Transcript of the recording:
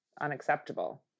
unacceptable